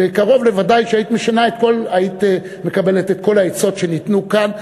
וקרוב לוודאי שהיית מקבלת את כל העצות שניתנו כאן,